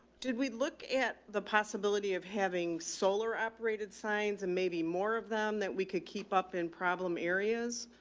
did we look at the possibility of having solar apparated signs and maybe more of them that we could keep up in problem areas?